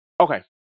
okay